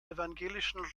evangelischen